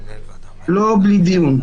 אבל לא בלי דיון.